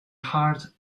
heart